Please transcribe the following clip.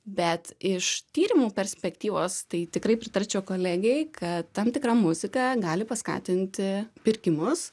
bet iš tyrimų perspektyvos tai tikrai pritarčiau kolegei kad tam tikra muzika gali paskatinti pirkimus